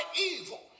evil